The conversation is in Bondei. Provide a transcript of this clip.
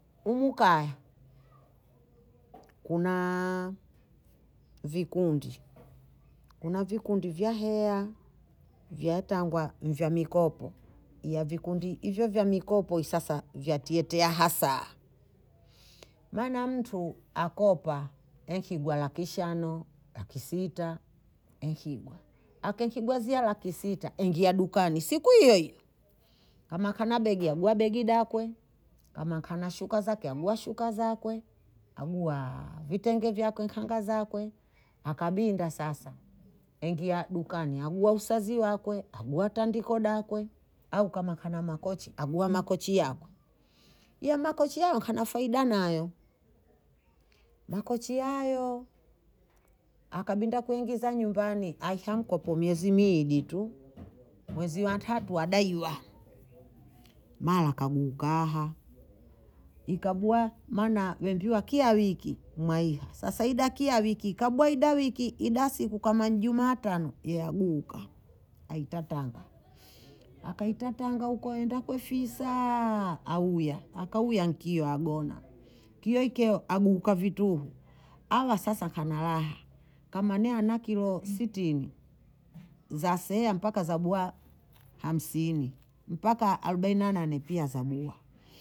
umu kaya kuna vikundi, kuna vikundi vya hea, nvyatangwa vya mikopo ya vikundi hivyo vya mikopo sasa vyatietea hasara mana mtu akopa ekigwa laki shano, laki sita ekigwa, akenkigwa kuanzia laki sita aengia dukani siku iyo hiyo kama kuna begi aegua begi dakwe kama kana shuka zake agua shuka zakwe, agua, vitenge vyake khanga zakwe, akabinda sasa engia dukani agua usazi wakwe agua tandiko dakwe, au kana nkana makochi agua makochi yakwe, ya makochi kana faida nayo makochi hayo akabinda kuingiza nyumbani ahia mkopo miezi miili tu, mwezi wa ntatu adaiwa mara kaguhu kaha ikagwa mana wembiwa kia wiki mwahia sasa ida ya kia wiki kabua ida wiki ida siku kama Jumatano yaguka aita tanga akaita tanga huko kwenda kwifisa auya, akauya nkio agona, nkio nkyeo aguuka vituhu abha sasa na raha, kama ni ana kilo sitini, zasea mpaka zagua hamsini, mpaka arobainane pia zagua